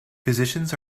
physicians